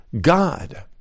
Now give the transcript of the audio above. god